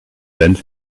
band